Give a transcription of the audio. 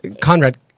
Conrad